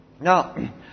Now